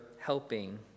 helping